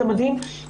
זה מדהים,